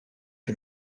for